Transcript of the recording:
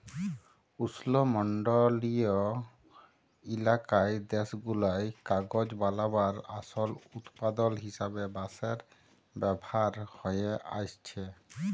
উস্লমলডলিয় ইলাকার দ্যাশগুলায় কাগজ বালাবার আসল উৎপাদল হিসাবে বাঁশের ব্যাভার হঁয়ে আইসছে